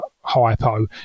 hypo